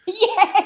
Yes